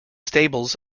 stables